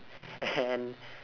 and